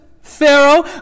Pharaoh